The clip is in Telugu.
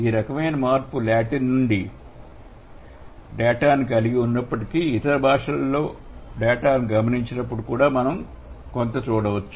ఈ రకమైన మార్పు లాటిన్ నుండి డేటాను కలిగి ఉన్నప్పటికీ ఇతర భాషల డేటా నుంచి ఎల్లప్పుడూ కొంత పొందవచ్చు